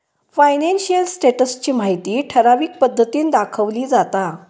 financial status ची माहिती ठराविक पद्धतीन दाखवली जाता